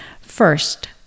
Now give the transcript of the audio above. First